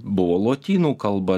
buvo lotynų kalba